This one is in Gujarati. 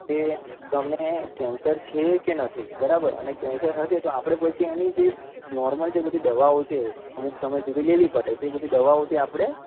કે તમને કેન્સર છે કે નથી બરાબર અને કેન્સર હશે તો આપણે પછી એની જે નોર્મલ જે બધી દવાઓ છે અમુક સમય સુધી લેવી પડે તો એ બધી દવાઓ છે આપણે